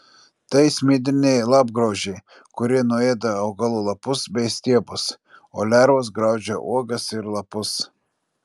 tai smidriniai lapgraužiai kurie nuėda augalų lapus bei stiebus o lervos graužia uogas ir lapus